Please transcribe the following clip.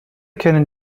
kennen